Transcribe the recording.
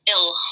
ill